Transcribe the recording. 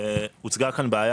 הוצגה כאן בעיה